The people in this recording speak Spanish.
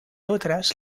otras